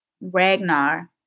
Ragnar